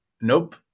Nope